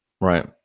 Right